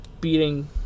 beating